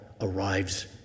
arrives